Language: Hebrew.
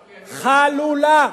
חלולה.